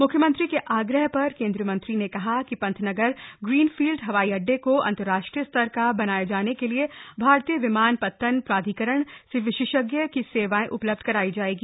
मुख्यमंत्री के आग्रह पर केंद्रीय मंत्री ने कहा कि पंतनगर ग्रीन फील्ड हवाई अड्डे को अंतरराष्ट्रीय स्तर का बनाए जाने के लिए भारतीय विमानपत्तन प्राधिकरण से विशेषज्ञ की सेवाएं उपलब्ध करवाई जाएगी